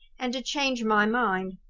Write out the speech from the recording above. and to change my mind.